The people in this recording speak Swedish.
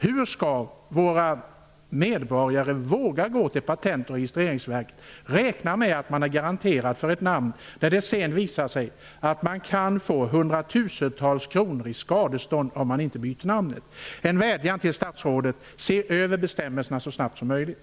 Hur skall våra medborgare våga gå till Patent och registreringsverket? De räknar med att de får garantier för sina företagsnamn. Sedan visar det sig att företagen kan få betala 100 000-tals kronor i skadestånd om de inte byter namn. Jag vädjar till statsrådet att hon skall se över bestämmelserna så snabbt som möjligt.